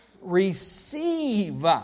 Receive